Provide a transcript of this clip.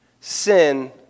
Sin